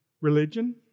religion